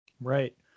right